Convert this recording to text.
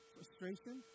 Frustration